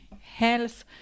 health